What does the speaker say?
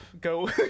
Go